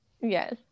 Yes